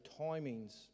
timings